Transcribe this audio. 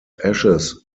ashes